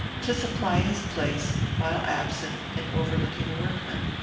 to supply his place, while absent, in overlooking the workmen.